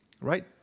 right